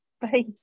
Bye